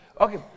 okay